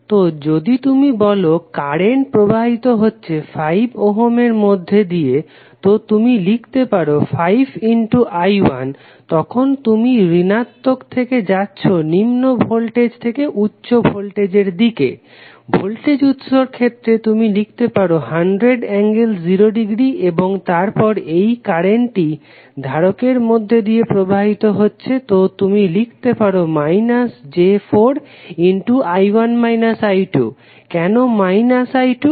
তো যদি তুমি বলো কারেন্ট প্রবাহিত হচ্ছে 5 ওহমের মধ্যে দিয়ে তো তুমি লিখতে পারো 5I1 তখন তুমি ঋণাত্মক থেকে যাচ্ছো নিম্ন ভোল্টেজ থেকে উচ্চ ভোল্টেজ এর দিকে ভোল্টেজ উৎসর ক্ষেত্রে তুমি লিখতে পারো 100∠0◦ এবং তারপর এই কারেন্টটি ধারকের মধ্যে দিয়ে প্রবাহিত হচ্ছে তো তুমি লিখতে পারো −j4 কেণ I2